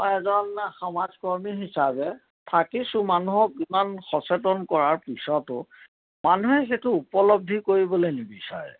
মই এজন সমাজকৰ্মী হিচাপে থাকিছোঁ মানুহক ইমান সচেতন কৰাৰ পিছতো মানুহে সেইটো উপলদ্ধি কৰিবলৈ নিবিচাৰে